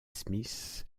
smith